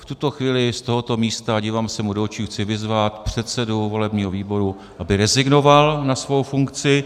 V tuto chvíli z tohoto místa dívám se mu do očí chci vyzvat předsedu volebního výboru, aby rezignoval na svou funkci.